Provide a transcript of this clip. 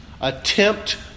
attempt